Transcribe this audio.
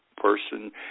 person